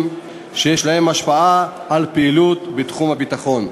שיש להם השפעה על פעילות בתחום הביטחון.